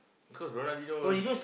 cause Ronaldinio is